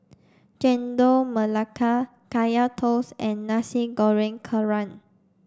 Chendol Melaka Kaya Toast and Nasi Goreng Kerang